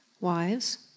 Wives